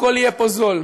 הכול יהיה פה זול.